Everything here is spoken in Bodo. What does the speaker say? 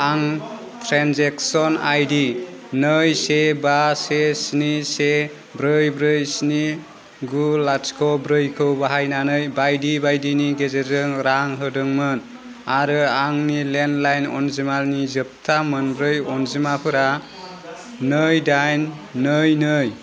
आं ट्रेन्जेकसन आइदि नै से बा से स्नि से ब्रै ब्रै स्नि गु लाथिख' ब्रैखौ बाहायनानै बायदि बायदिनि गेजेरजों रां होदोंमोन आरो आंनि लेन्डलाइन अनजिमानि जोबथा मोनब्रै अनजिमाफोरा नै दाइन नै नै